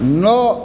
नओ